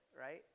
right